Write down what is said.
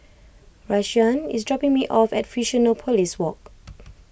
Rashaan is dropping me off at Fusionopolis Walk